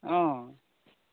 অঁ